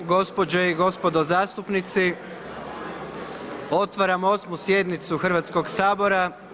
Gospođe i gospodo zastupnici, otvaram 8. sjednicu Hrvatskog sabora.